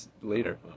later